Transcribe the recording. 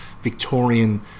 Victorian